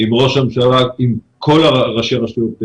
עם ראש הממשלה ועם כל ראשי הרשויות בארץ.